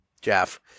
Jeff